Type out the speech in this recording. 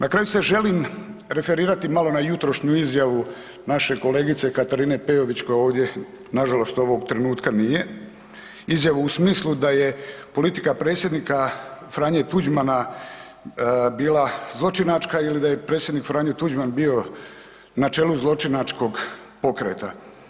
Na kraju se želim referirati malo na jutrošnju izjavu naše kolegice Katarine Peović koja ovdje nažalost ovog trenutka nije, izjavu u smislu da je politika predsjednika Franje Tuđmana bila zločinačka ili da je predsjednik Franjo Tuđman bio na čelu zločinačkog pokreta.